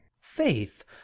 faith